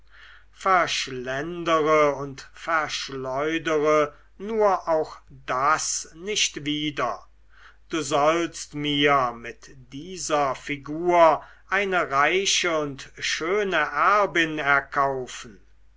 verschlendere und verschleudere nur auch das nicht wieder du sollst mir mit dieser figur eine reiche und schöne erbin erkaufen